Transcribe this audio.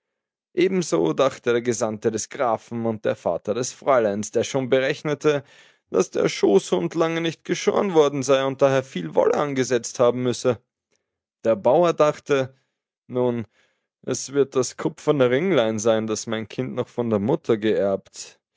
ebenso dachten der gesandte des grafen und der vater des fräuleins der schon berechnete daß der schoßhund lange nicht geschoren sei und daher viel wolle angesetzt haben müsse der bauer dachte nun es wird das kupferne ringlein sein das mein kind noch von der mutter geerbt